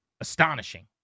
astonishing